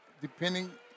Depending